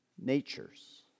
natures